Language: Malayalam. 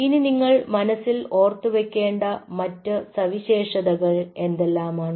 ഇനി നിങ്ങൾ മനസ്സിൽ ഓർത്ത് വെക്കേണ്ട മറ്റു സവിശേഷതകൾ എന്തെല്ലാം ആണ്